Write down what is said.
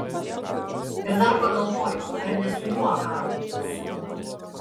ir dar pagalvojo ar ne su juo haroldas